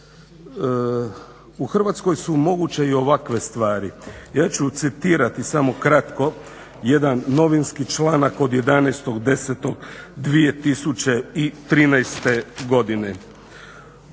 U Hrvatskoj su moguće i ovakve stvari. Ja ću citirati samo kratko jedan novinski članak od 11.10.2013. godine.